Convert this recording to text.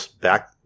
back